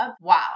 wow